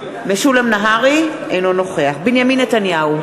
אינו נוכח בנימין נתניהו,